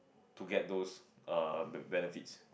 to get those err the benefits